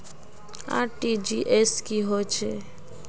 RTGS की होचए?